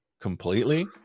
completely